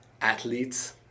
athletes